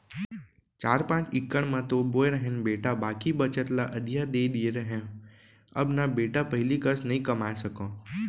चार पॉंच इकड़ म तो बोए रहेन बेटा बाकी बचत ल अधिया दे दिए रहेंव अब न बेटा पहिली कस नइ कमाए सकव